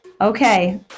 Okay